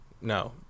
No